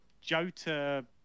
Jota